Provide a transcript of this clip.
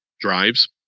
drives